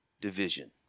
division